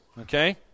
okay